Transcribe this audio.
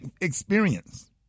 experience